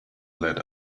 let